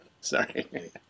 Sorry